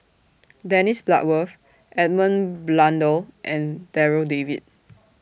Dennis Bloodworth Edmund Blundell and Darryl David